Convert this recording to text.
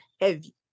heavy